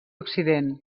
occident